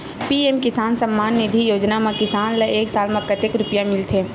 PM किसान सम्मान निधी योजना म किसान ल एक साल म कतेक रुपिया मिलथे?